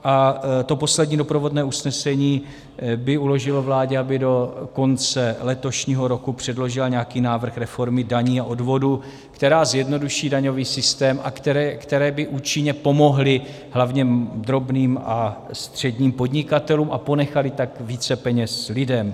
A poslední doprovodné usnesení by uložilo vládě, aby do konce letošního roku předložila nějaký návrh reformy daní a odvodů, která zjednoduší daňový systém a které by účinně pomohly hlavně drobným a středním podnikatelům a ponechaly tak více peněz lidem.